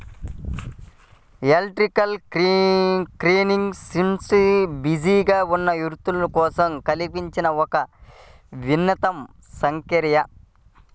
electronic clearing system బిజీగా ఉన్న వ్యక్తుల కోసం కల్పించిన ఒక వినూత్న సౌకర్యం